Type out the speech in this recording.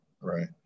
right